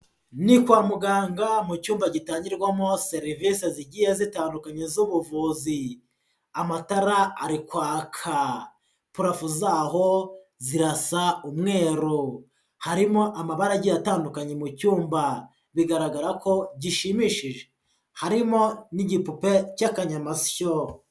Ni kwa muganga mu cyumba gitangirwamo serivise zigiye zitandukanye z'ubuvuzi. Amatara ari kwaka. Parafo zaho zirasa umweru. Harimo amabara agiye atandukanye mu cyumba. Bigaragara ko gishimishije. Harimo n'igipupe cy'akanyamasyo.